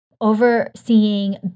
overseeing